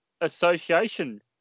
association